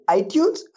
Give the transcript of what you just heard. iTunes